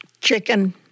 chicken